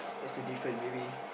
that's the different maybe